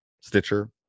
Stitcher